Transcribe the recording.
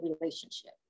relationship